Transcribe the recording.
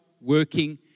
working